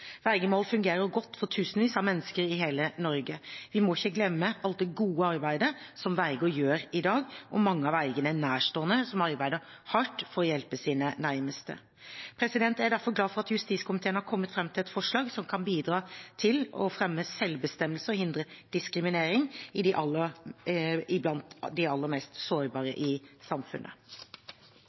Vergemål fungerer godt for tusenvis av mennesker i hele Norge. Vi må ikke glemme alt det gode arbeidet som verger gjør i dag, og mange av vergene er nærstående som arbeider hardt for å hjelpe sine nærmeste. Jeg er derfor glad for at justiskomiteen har kommet frem til et forslag som kan bidra til å fremme selvbestemmelse og hindre diskriminering blant de aller mest sårbare i samfunnet.